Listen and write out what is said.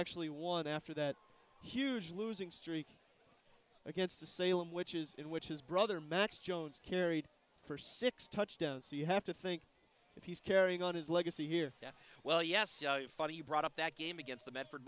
actually won after that huge losing streak against the salem which is in which his brother max jones carried for six touchdowns so you have to think if he's carrying on his legacy here that well yes funny you brought up that game against the medford